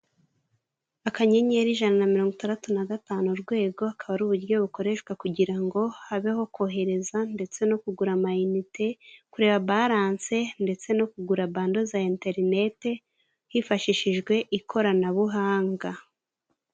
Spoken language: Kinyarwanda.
Akanyenyeri ijana na mirongo itandatu na gatanu urwego, akaba ari uburyo bukoreshwa kugira ngo habeho kohereza ndetse no kugura ama inite kureba barance ndetse no kugura bando za internet hifashishijwe ikoranabuhanga